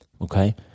Okay